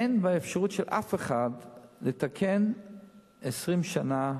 אין באפשרותו של אף אחד לתקן 20 שנה,